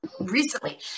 recently